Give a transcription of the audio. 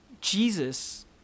Jesus